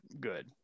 good